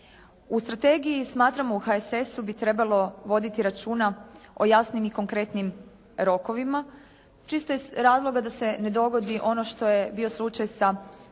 U strategiji, smatramo u HSS-u, bi trebalo voditi računa o jasnim i konkretnim rokovima čisto iz razloga da se ne dogodi ono što je bio slučaj sa